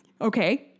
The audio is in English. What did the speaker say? Okay